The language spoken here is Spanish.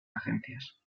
agencias